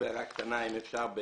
שם